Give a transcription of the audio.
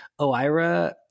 OIRA